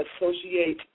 associate